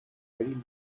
very